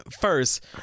first